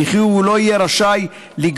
וכי הוא לא יהיה רשאי לגבות